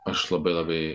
aš labai labai